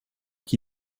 qui